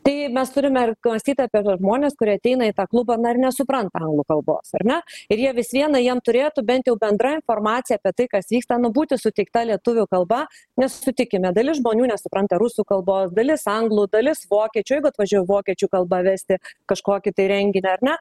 tai mes turime mąstyti apie žmones kurie ateina į tą klubą na ir nesupranta anglų kalbos ar ne ir jie vis viena jam turėtų bent jau bendra informacija apie tai kas vyksta nu būti sutikta lietuvių kalba nes sutikime dalis žmonių nesupranta rusų kalbos dalis anglų dalis vokiečių jeigu atvažiuos vokiečių kalba vesti kažkokį tai renginį ar ne